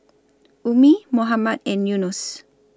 Ummi Muhammad and Yunos